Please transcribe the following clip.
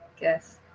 Guess